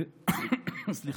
סליחה.